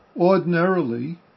Ordinarily